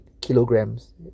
kilograms